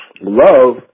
love